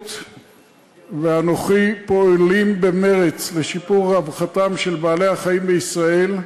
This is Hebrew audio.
החקלאות ואנוכי פועלים במרץ לשיפור רווחתם של בעלי-החיים בישראל.